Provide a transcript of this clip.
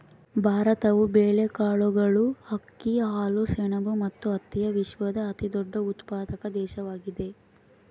ಭಾರತವು ಬೇಳೆಕಾಳುಗಳು, ಅಕ್ಕಿ, ಹಾಲು, ಸೆಣಬು ಮತ್ತು ಹತ್ತಿಯ ವಿಶ್ವದ ಅತಿದೊಡ್ಡ ಉತ್ಪಾದಕ ದೇಶವಾಗಿದೆ